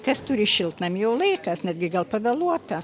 kas turi šiltnamį jau laikas netgi gal pavėluota